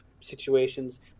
situations